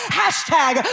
hashtag